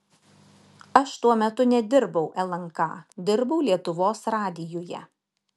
aš tuo metu nedirbau lnk dirbau lietuvos radijuje